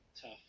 tough